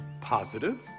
positive